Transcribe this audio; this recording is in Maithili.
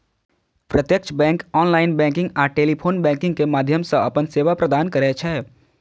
प्रत्यक्ष बैंक ऑनलाइन बैंकिंग आ टेलीफोन बैंकिंग के माध्यम सं अपन सेवा प्रदान करै छै